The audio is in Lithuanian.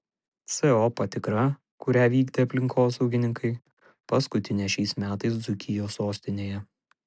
co patikra kurią vykdė aplinkosaugininkai paskutinė šiais metais dzūkijos sostinėje